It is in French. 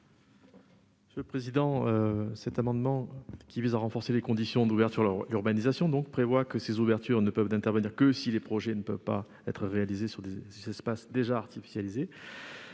économiques ? Cet amendement vise à renforcer les conditions d'ouverture à l'urbanisation. Il est prévu que de telles ouvertures ne peuvent intervenir que si les projets ne peuvent pas être réalisés sur des espaces déjà artificialisés.